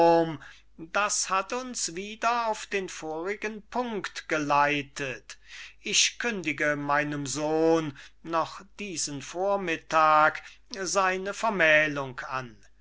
das hat uns wieder auf den vorigen punkt geleitet ich kündige meinem sohn noch diesen vormittag seine vermählung an